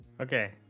Okay